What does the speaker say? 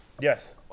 Yes